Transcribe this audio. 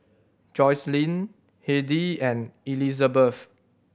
Joycelyn Hedy and Elisabeth